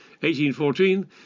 1814